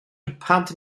ipad